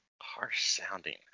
Harsh-sounding